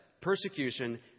persecution